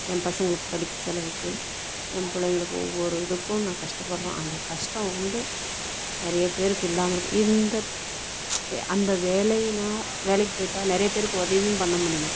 என் பசங்ளுக்கு படிப்பு செலவுக்கு என் பிள்ளைங்ளுக்கு ஒவ்வொரு இதுக்கும் நான் கஷ்டப்படுறேன் அந்த கஷ்டம் வந்து நிறைய பேருக்கு இல்லாமல் இருக்கு இந்த அந்த வேலைனா வேலைக்கு போயிட்டால் நிறைய பேருக்கு உதவியும் பண்ண முடியும்